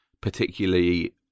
particularly